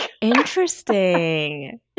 Interesting